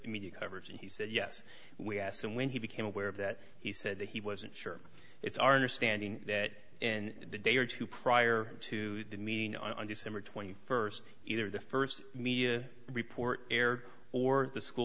was media coverage and he said yes we asked him when he became aware of that he said that he wasn't sure it's our understanding that and a day or two prior to demean on december twenty first either the first media report aired or the school